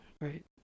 Right